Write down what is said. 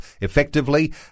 effectively